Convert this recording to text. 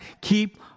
keep